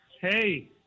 hey